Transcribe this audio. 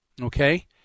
Okay